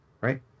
right